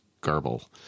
garble